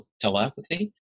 telepathy